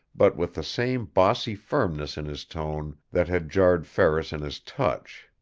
but with the same bossy firmness in his tone that had jarred ferris in his touch.